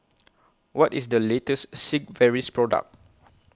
What IS The latest Sigvaris Product